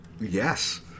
Yes